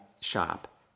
shop